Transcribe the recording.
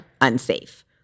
unsafe